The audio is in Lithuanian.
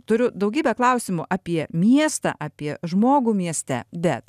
turiu daugybę klausimų apie miestą apie žmogų mieste bet